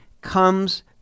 comes